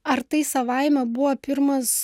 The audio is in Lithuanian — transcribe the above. ar tai savaime buvo pirmas